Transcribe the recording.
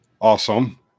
Awesome